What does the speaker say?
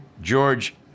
George